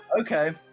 okay